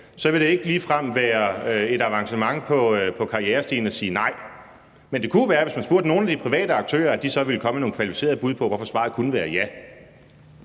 så vil det ikke ligefrem betyde et avancement på karrierestigen at svare nej. Men det kunne jo være, at hvis man spurgte nogle af de private aktører om det samme, så ville de komme med nogle kvalificerede bud på, hvorfor svaret kunne være et